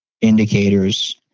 indicators